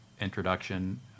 introduction